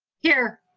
here.